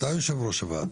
אתה יושב ראש הוועד